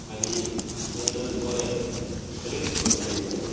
आनी जेन्ना गोंयांत ब्रीक्स टुर्नामेंट जालो